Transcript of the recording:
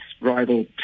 rival